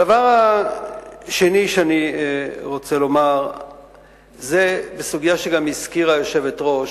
הדבר השני שאני רוצה לומר זה בסוגיה שגם הזכירה היושבת-ראש,